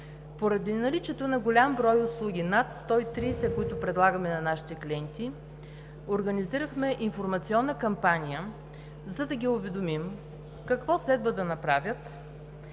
Поради наличието на голям брой услуги – над 130, които предлагаме на нашите клиенти, организирахме информационна кампания, за да ги уведомим какво следва да направят,